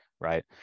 right